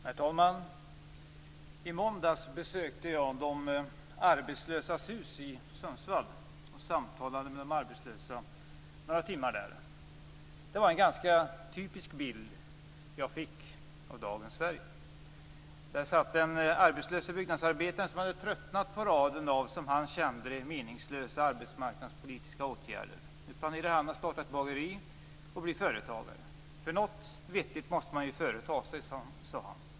Herr talman! I går besökte jag De arbetslösas hus i Sundsvall, där jag samtalade med de arbetslösa under några timmar. Det var en ganska typisk bild jag fick av dagens Sverige. Där satt den arbetslöse byggnadsarbetaren som hade tröttnat på raden av, som han kände det, meningslösa arbetsmarknadspolitiska åtgärder. Nu planerar han att starta ett bageri och bli företagare, "för något vettigt måste man ju företa sig", sade han.